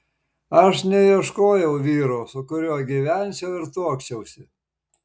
aš neieškojau vyro su kuriuo gyvenčiau ir tuokčiausi